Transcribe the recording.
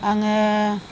आङो